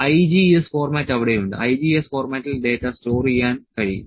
IGES format അവിടെ ഉണ്ട് IGES ഫോർമാറ്റിൽ ഡാറ്റ സ്റ്റോർ ചെയ്യാൻ കഴിയും